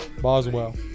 Boswell